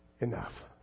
enough